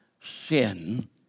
sin